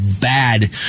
bad